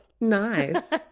Nice